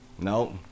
Nope